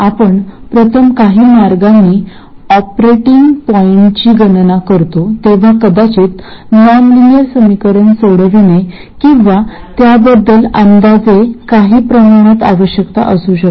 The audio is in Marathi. आपण प्रथम काही मार्गांनी ऑपरेटिंग पॉईंटची गणना करतो तेव्हा कदाचित नॉनलिनियर समीकरण सोडवणे किंवा त्याबद्दल अंदाजे काही प्रमाणात आवश्यकता असू शकते